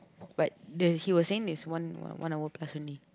but the he was saying that is one one hour plus only